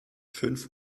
fünf